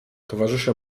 towarzysze